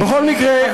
בכל מקרה,